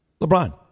LeBron